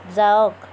যাওক